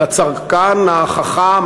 לצרכן החכם,